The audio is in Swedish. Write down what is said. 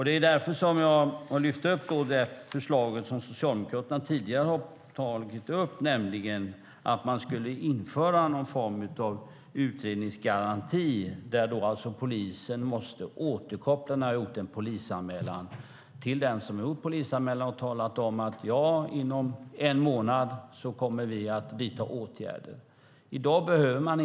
Det är därför jag har lyft upp ett tidigare förslag från Socialdemokraterna, nämligen att man skulle införa någon form av utredningsgaranti som går ut på att polisen måste återkoppla till den som har gjort en polisanmälan och tala om att man kommer att vidta åtgärder inom en månad.